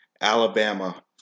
Alabama